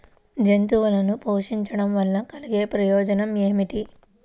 జంతువులను పోషించడం వల్ల కలిగే ప్రయోజనం ఏమిటీ?